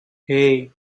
hey